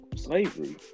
slavery